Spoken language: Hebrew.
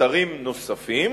אתרים נוספים,